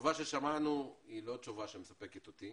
התשובה ששמענו היא לא תשובה שמספקת אותי.